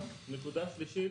נקודה שלישית